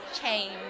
change